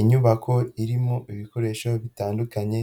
Inyubako irimo ibikoresho bitandukanye,